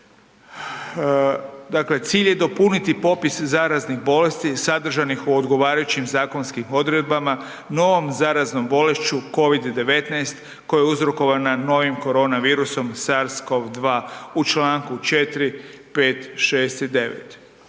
Dakle, cilj je dopuniti popis zaraznih bolesti sadržanih u odgovarajućim zakonskim odredbama, novom zaraznom bolešću, COVID-19 koja je uzrokovana novim koronavirusom, SARS-CoV-2 u čl. 4., 5., 6. i 9.;